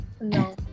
No